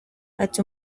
ati